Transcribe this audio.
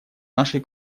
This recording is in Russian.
нашей